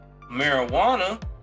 marijuana